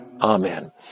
Amen